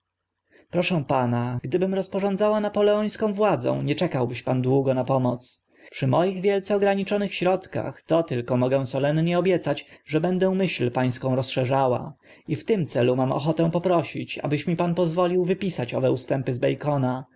proszę pana gdybym rozporządzała napoleońską władzą nie czekałbyś pan długo na pomoc przy moich wielce ograniczonych środkach to tylko mogę solennie obiecać że mięszanina dziś popr mieszanina najprzód dziś popr naprzód na pierw zwierciadlana zagadka będę myśl pańską rozszerzała i w tym celu mam ochotę poprosić abyś mi pan pozwolił wypisać owe ustępy z bacona